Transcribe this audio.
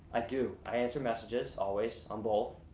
i do, i answer messages always on both.